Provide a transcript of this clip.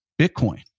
Bitcoin